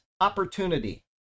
opportunity